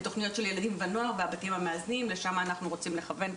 לתוכניות של ילדים ונוער בבתים המאזנים לשם אנחנו רוצים לכוון,